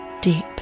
deep